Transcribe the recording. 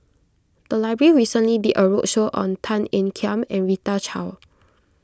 the library recently did a roadshow on Tan Ean Kiam and Rita Chao